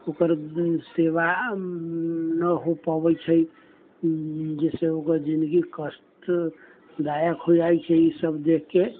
ओकर सेवा नहि हो पबै छै जिससँ ओकर जिन्दगी कष्टदायक हो जाइ छै ई सब देखके